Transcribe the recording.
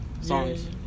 songs